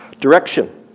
Direction